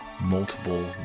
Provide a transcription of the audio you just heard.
multiple